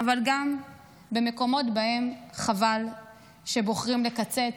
אבל יש מקומות שבהם חבל שבוחרים לקצץ,